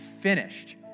finished